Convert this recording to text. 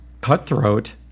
cutthroat